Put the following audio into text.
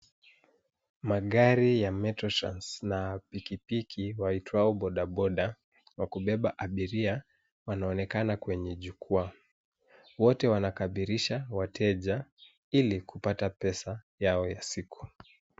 Magari ya metro trans na pikipiki waitwao bodaboda wa kubeba abiria wanaonekana kwenye kukaa. Wote wanakaribisha wateja ili kupata pesa yao ya siku.